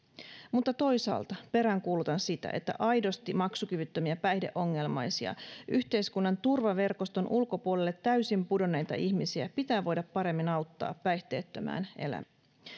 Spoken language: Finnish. mutta toisaalta peräänkuulutan sitä että aidosti maksukyvyttömiä päihdeongelmaisia yhteiskunnan turvaverkoston ulkopuolelle täysin pudonneita ihmisiä pitää voida paremmin auttaa päihteettömään elämään